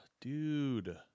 Dude